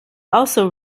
also